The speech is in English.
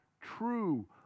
true